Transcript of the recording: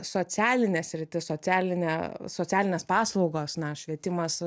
socialinė sritis socialinė socialinės paslaugos na švietimas